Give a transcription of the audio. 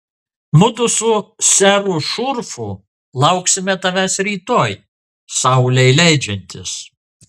mudu su seru šurfu lauksime tavęs rytoj saulei leidžiantis